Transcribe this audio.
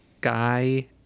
guy